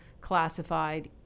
classified